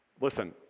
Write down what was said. Listen